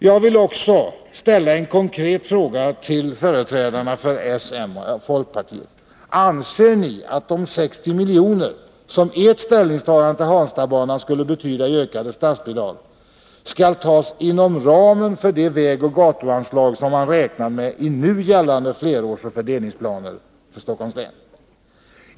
Jag vill ställa en konkret fråga till företrädarna för socialdemokraterna, moderaterna och folkpartiet: Anser ni att de ca 60 miljoner i ökade statsbidrag som ert ställningstagande till Hanstabanan skulle betyda skall tas inom ramen för de vägoch gatuanslag som man räknat med i nu gällande flerårsoch fördelningsplaner för Stockholms län?